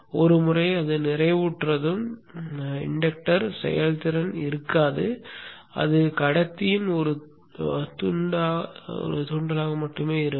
ஒருமுறை அது நிறைவுற்றதும் மின்தூண்டல் செயல்திறன் இருக்காது அது கடத்தியின் ஒரு துண்டாக மட்டுமே இருக்கும்